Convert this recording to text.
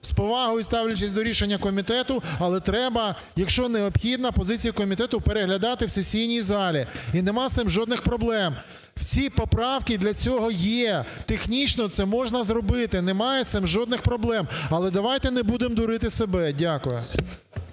З повагою ставлячись до рішення комітету, але треба, якщо необхідно, позицію комітету переглядати в сесійній залі. І нема з цим жодних проблем. Всі поправки для цього є. Технічно це можна зробити, немає з цим жодних проблем. Але давайте не будемо дурити себе. Дякую.